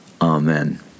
Amen